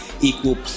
equal